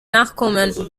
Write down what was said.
nachkommen